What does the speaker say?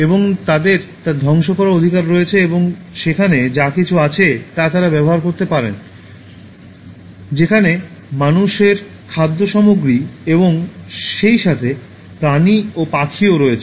এবং তাদের তা ধ্বংস করার অধিকার রয়েছে এবং সেখানে যা কিছু আছে তা তাঁরা ব্যবহার করতে পারে যেখানে মানুষের খাদ্য সামগ্রী এবং সেইসাথে প্রাণী ও পাখিও রয়েছে